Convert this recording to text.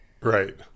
Right